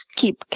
keep